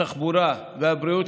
התחבורה והבריאות,